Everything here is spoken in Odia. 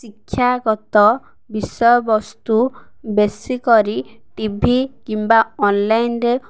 ଶିକ୍ଷାଗତ ବିଷୟବସ୍ତୁ ବେଶୀ କରି ଟି ଭି କିମ୍ବା ଅନଲାଇନ୍ରେ